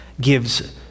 gives